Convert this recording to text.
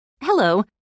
Hello